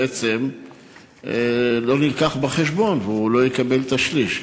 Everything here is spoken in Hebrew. בעצם לא מובא בחשבון והוא לא יקבל את השליש.